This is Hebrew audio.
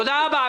תודה רבה.